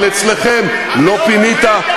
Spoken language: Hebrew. אבל אצלכם: לא פינית,